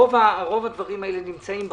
רוב הדברים האלה נמצאים בחוק.